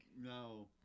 No